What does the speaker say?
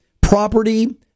property